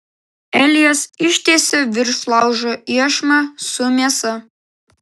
elijas ištiesia virš laužo iešmą su mėsa